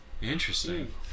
Interesting